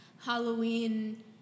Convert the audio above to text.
Halloween